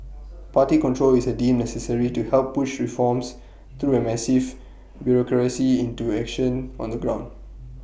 party control is A deemed necessary to help push reforms through A massive bureaucracy into action on the ground